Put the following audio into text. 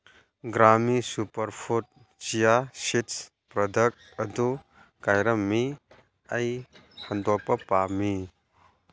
ꯒ꯭ꯔꯥꯃꯤ super food chia seeds product ꯑꯗꯨ ꯀꯥꯏꯔꯝꯃꯤ ꯑꯩ ꯍꯟꯗꯣꯛꯄ ꯄꯥꯝꯃꯤ